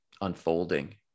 unfolding